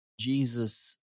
Jesus